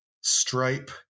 Stripe